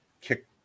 kick